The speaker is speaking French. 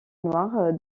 noir